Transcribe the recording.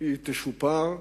היא תשופר,